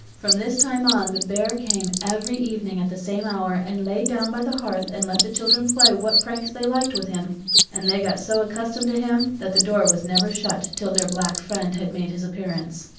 from this time on the bear came every evening at the same hour, and lay down by the hearth and let the children play what pranks they liked with him and they got so accustomed to him that the door was never shut till their black friend had made his appearance.